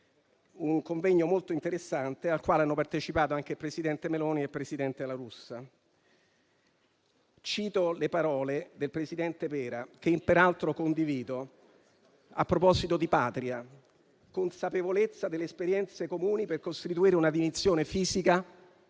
un convegno molto interessante, al quale hanno partecipato anche il presidente del Consiglio Meloni e il presidente La Russa. Cito le parole del presidente Pera, che peraltro condivido, a proposito di Patria: consapevolezza delle esperienze comuni per costituire una dimensione fisica